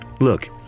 Look